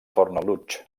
fornalutx